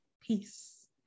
Peace